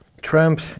Trump